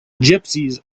gypsies